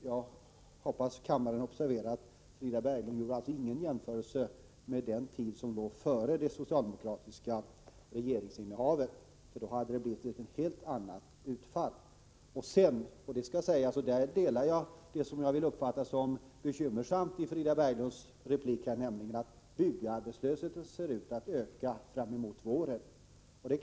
Jag hoppas kammaren observerade att Frida Berglund alltså inte gjorde någon jämförelse med tiden före det socialdemokratiska regeringsinnehavet — då hade det blivit ett helt annat utfall. Frida Berglund sade i sin replik — det skall sägas; på den punkten delar jag de bekymmer jag tyckte att Frida Berglund uttryckte — att byggarbetslösheten ser ut att öka fram emot våren.